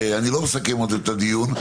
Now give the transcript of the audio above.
אני עוד לא מסכם את הדיון,